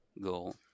goal